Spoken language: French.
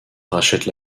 rachète